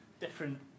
different